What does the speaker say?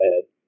ahead